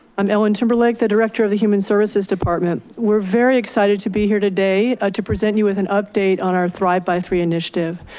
i'm ellen timberlake, the director of the human services department. we're very excited to be here today ah to present you with an update on our thrive by three initiative.